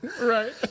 Right